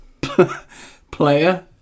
Player